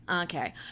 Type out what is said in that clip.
okay